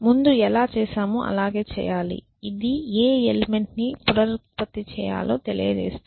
ముందు ఎలా చేసామో అలాగే చేయాలి ఇది ఏ ఎలిమెంట్ ని పునరుత్పత్తి చేయాలో తెలియజేస్తుంది